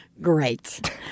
Great